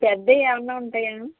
పెద్దవి ఏమైనా ఉంటాయా